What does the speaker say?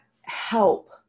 help